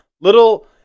Little